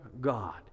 God